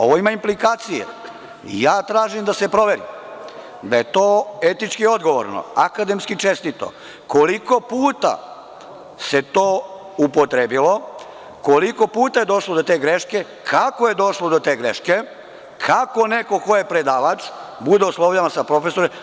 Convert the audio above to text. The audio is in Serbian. Ovo ima implikacije i tražim da se proveri da je to etički odgovorno, akademski čestito koliko puta se to upotrebilo, koliko puta je došlo do te greške, kako je došlo do te greške, kako neko ko je predavač, bude oslovljavan sa „profesore“